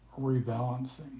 rebalancing